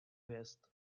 hvězd